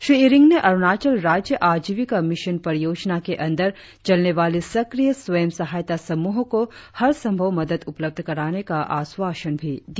श्री इरिंग ने अरुणाचल राज्य आजीविका मिशन परियोजना के अंदर चलने वाली सक्रिय स्वयं सहायता समूहों को हर संभव मदद उपलब्ध कराने का आश्वासन भी दिया